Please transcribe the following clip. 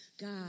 God